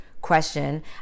question